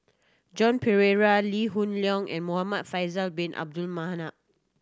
Joan Pereira Lee Hoon Leong and Muhamad Faisal Bin Abdul Manap